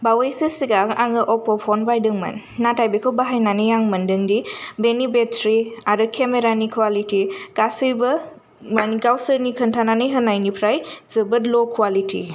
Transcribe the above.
बावैसो सिगां आङो अप्प' फन बायदोंमोन नाथाय बेखौ बाहायनानै आं मोनदों दि बेनि बेतरि आरो केमेरानि कवालिति गासैबो माने गावसोरनि खोन्थानानै होनायनिफ्राय जोबोत ल' कवा'लिति